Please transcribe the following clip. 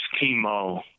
chemo